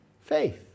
faith